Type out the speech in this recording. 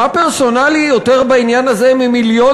מה פרסונלי יותר בעניין הזה ממיליון